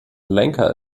lenker